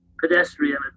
pedestrian